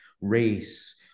race